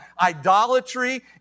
idolatry